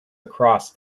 across